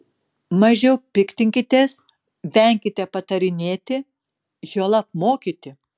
mažiau piktinkitės venkite patarinėti juolab mokyti